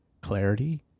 clarity